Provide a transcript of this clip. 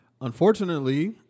Unfortunately